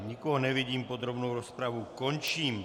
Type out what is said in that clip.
Nikoho nevidím, podrobnou rozpravu končím.